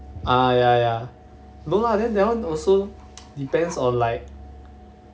ah ya ya no lah then that one also depends in like